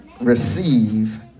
receive